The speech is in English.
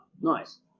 nice